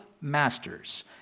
masters